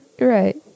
Right